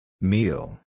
Meal